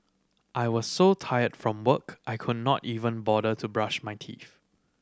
I was so tired from work I could not even bother to brush my teeth